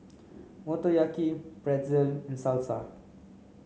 Motoyaki Pretzel and Salsa